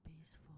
peaceful